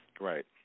Right